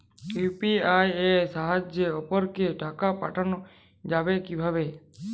UPI এর সাহায্যে অপরকে টাকা পাঠানো যাবে কিভাবে?